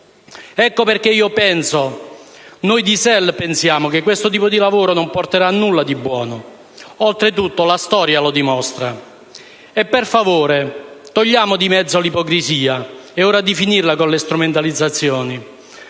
Ecco perché noi di SEL pensiamo che questo tipo di lavoro non porterà nulla di buono. Oltretutto, la storia lo dimostra. Per favore, togliamo di mezzo l'ipocrisia. È ora di finirla con le strumentalizzazioni.